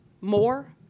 more